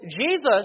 Jesus